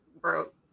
broke